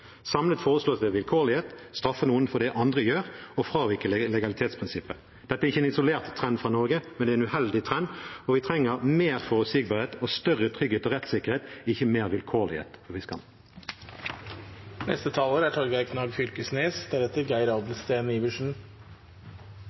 Samlet foreslås det vilkårlighet, å straffe noen for det andre gjør, og å fravike fra legalitetsprinsippet. Dette er ikke en isolert trend fra Norge, men det er en uheldig trend, og vi trenger mer forutsigbarhet og større trygghet og rettssikkerhet, ikke mer vilkårlighet for